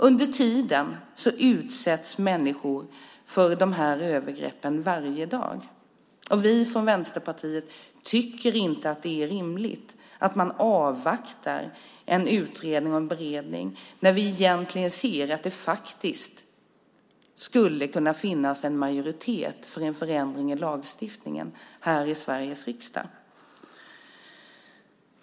Under tiden utsätts människor för dessa övergrepp varje dag. Vi från Vänsterpartiet tycker inte att det är rimligt att man avvaktar en utredning och en beredning när vi egentligen ser att det skulle kunna finnas en majoritet för en förändring i lagstiftningen här i Sveriges riksdag.